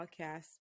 podcast